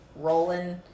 rolling